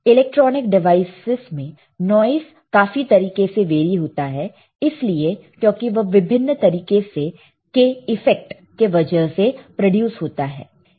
electronic devices में noise काफी तरीके से वेरी होता है इसलिए क्योंकि वह विभिन्न तरीके के इफेक्ट के वजह से प्रोड्यूस होता है